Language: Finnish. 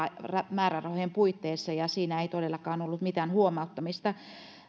määrärahojen puitteissa hyvin ja siinä ei todellakaan ollut mitään huomauttamista